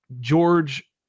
George